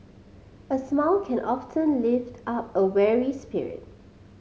a smile can often lift up a weary spirit